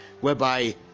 whereby